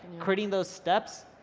creating those steps,